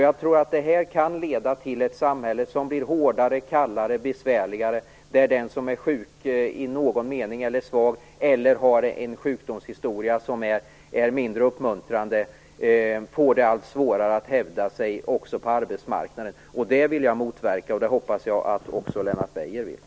Detta kan leda till ett samhälle som blir hårdare, kallare och besvärligare och där den som är sjuk, svag eller har en sjukdomshistoria som är mindre uppmuntrande får det allt svårare att hävda sig också på arbetsmarknaden. Detta vill jag motverka, och det hoppas jag att också Lennart Beijer vill.